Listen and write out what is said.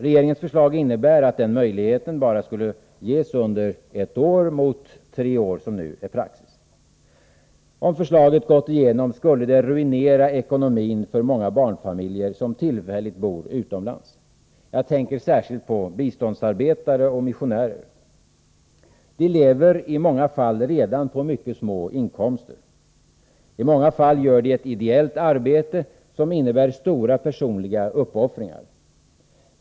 Regeringsförslaget innebär, att den möjligheten bara skulle finnas under ett år mot tre år som nu är praxis. Om förslaget går igenom skulle det ruinera ekonomin för många barnfamiljer som tillfälligt bor utomlands. Jag tänker särskilt på biståndsarbetare och missionärer. De lever i många fall redan på mycket små inkomster. I många fall gör de ett ideellt arbete som innebär stora personliga uppoffringar.